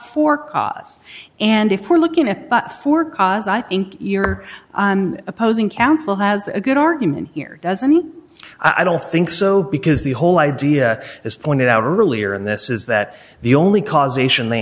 for cause and if we're looking at but for cause i think you're opposing counsel has a good argument here as i mean i don't think so because the whole idea as pointed out earlier in this is that the only causation they